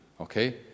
okay